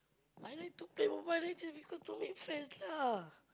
I like to play Mobile-Legend because to make friends lah